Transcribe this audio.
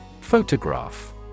Photograph